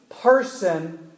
person